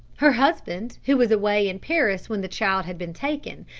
her husband who was away in paris when the child had been taken,